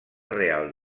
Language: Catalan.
real